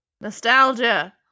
Nostalgia